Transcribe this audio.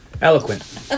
Eloquent